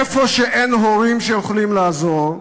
איפה שאין הורים שיכולים לעזור,